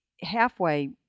halfway